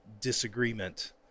disagreement